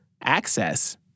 access